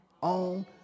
on